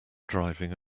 driving